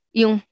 yung